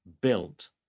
built